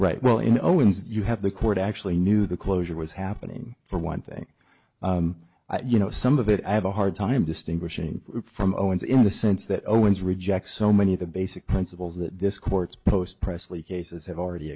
right well in owens you have the court actually knew the closure was happening for one thing you know some of it i have a hard time distinguishing from owens in the sense that owens rejects so many of the basic principles that this court's post pressley cases have already